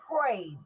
prayed